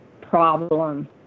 problem